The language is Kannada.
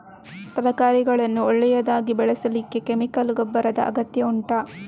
ತರಕಾರಿಗಳನ್ನು ಒಳ್ಳೆಯದಾಗಿ ಬೆಳೆಸಲಿಕ್ಕೆ ಕೆಮಿಕಲ್ ಗೊಬ್ಬರದ ಅಗತ್ಯ ಉಂಟಾ